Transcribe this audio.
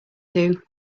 two